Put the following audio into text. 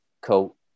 Cool